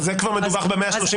על זה כבר מדווח ב-136/137.